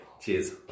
Cheers